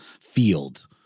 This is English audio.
field